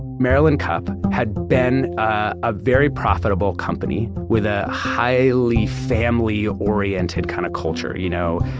maryland cup had been a very profitable company, with a highly family-oriented kind of culture. you know,